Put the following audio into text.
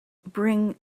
bring